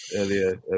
earlier